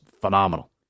phenomenal